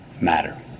matter